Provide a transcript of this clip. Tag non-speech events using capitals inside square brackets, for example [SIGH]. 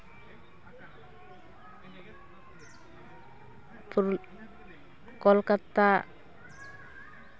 [UNINTELLIGIBLE] Kolkata